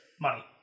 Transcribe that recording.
money